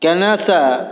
कएनेसँ